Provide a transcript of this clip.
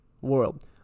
world